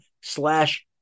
slash